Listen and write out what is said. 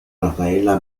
rafaela